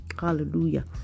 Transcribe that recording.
Hallelujah